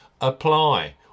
apply